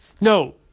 No